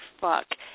fuck